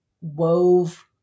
wove